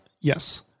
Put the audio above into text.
Yes